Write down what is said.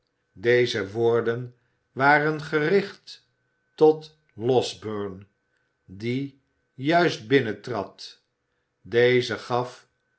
deze woorden waren gericht tot losberne die juist binnentrad deze gaf